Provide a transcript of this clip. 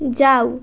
যাও